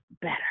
better